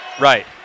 Right